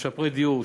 משפרי דיור,